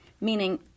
meaning